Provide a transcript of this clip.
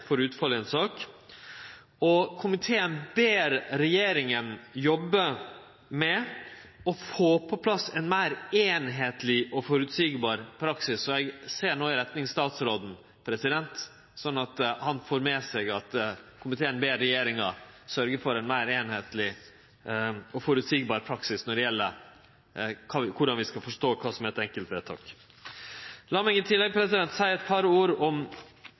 meir einsarta og føreseieleg praksis – og no ser eg i retning av statsråden, slik at han får med seg at komiteen ber regjeringa sørgje for ein meir einsarta og føreseieleg praksis når det gjeld korleis vi skal forstå kva som er eit enkeltvedtak. Lat meg i tillegg seie eit par ord om